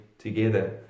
together